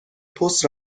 پست